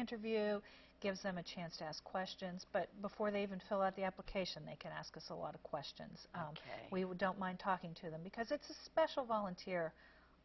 interview gives them a chance to ask questions but before they even fill out the application they can ask us a lot of questions ok we would don't mind talking to them because it's a special volunteer